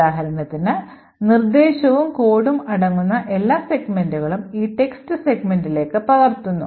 ഉദാഹരണത്തിന് നിർദ്ദേശവും കോഡും അടങ്ങുന്ന എല്ലാ സെഗ്മെന്റുകളും ഈ ടെക്സ്റ്റ് സെഗ്മെന്റിലേക്ക് പകർത്തുന്നു